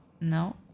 No